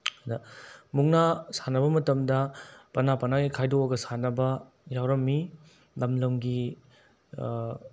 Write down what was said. ꯑꯗ ꯃꯨꯛꯅꯥ ꯁꯥꯟꯅꯕ ꯃꯇꯝꯗ ꯄꯅꯥ ꯄꯅꯥꯒꯤ ꯈꯥꯏꯗꯣꯛꯑꯒ ꯁꯥꯟꯅꯕ ꯌꯥꯎꯔꯝꯃꯤ ꯂꯝ ꯂꯝꯒꯤ